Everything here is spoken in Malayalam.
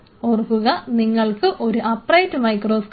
ഓർക്കുക നിങ്ങൾക്ക് ഒരു അപ്രൈറ്റ് മൈക്രോസ്കോപ്പ് ഉണ്ട്